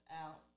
out